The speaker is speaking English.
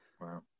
Wow